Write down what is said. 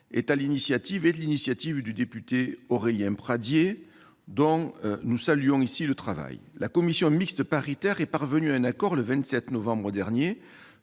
sein de la famille est l'initiative du député Aurélien Pradié, dont nous saluons ici le travail. La commission mixte paritaire est parvenue à un accord le 27 novembre dernier,